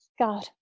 God